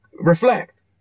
reflect